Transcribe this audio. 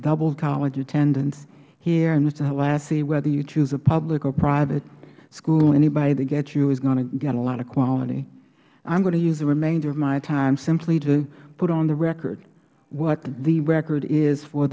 doubled college attendance here and mister holassie whether you choose a public or private school anybody that gets you is going to get a lot of quality i am going to use the remainder of my time simply to put on the record what the record is for